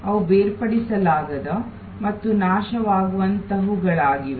ಅವು ಬೇರ್ಪಡಿಸಲಾಗದ ಮತ್ತು ನಾಶವಾಗುವಂತಹವುಗಳಾಗಿವೆ